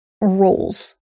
roles